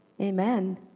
Amen